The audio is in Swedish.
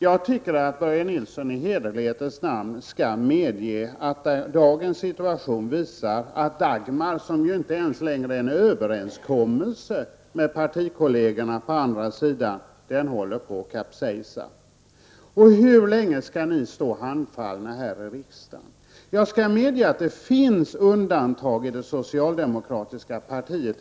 Jag tycker Börje Nilsson i hederlighetens namn skall medge, att dagens situation visar att Dagmar, som inte ens längre är en överenskommelse med partikollegerna på andra sidan, håller på att kapsejsa. Hur länge skall ni stå handfallna här i riksdagen? Jag skall medge att det finns undantag i det socialdemokratiska partiet.